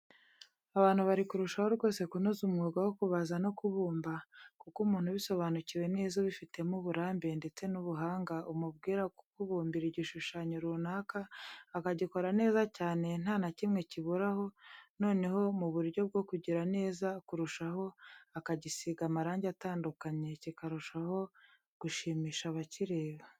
Abantu bari kurushaho rwose kunoza umwuga wo kubaza no kubumba kuko umuntu ubisobanukiwe neza ubifitemo uburambe ndetse n'ubuhanga umubwira kukubumbira igishushanyo runaka akagikora neza cyane nta nakimwe kiburaho, noneho mu buryo bwo kugira neza kurushaho akagisinga amarangi atandukanye kikarushaho gushimisha abakireba.